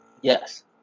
Yes